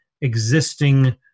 existing